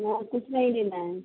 और कुछ नहीं लेना है